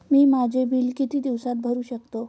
मी माझे बिल किती दिवसांत भरू शकतो?